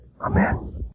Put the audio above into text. Amen